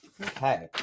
Okay